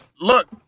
Look